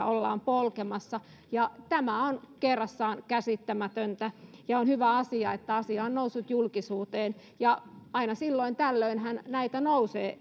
ollaan polkemassa tämä on kerrassaan käsittämätöntä ja on hyvä asia että asia on noussut julkisuuteen aina silloin tällöinhän näitä nousee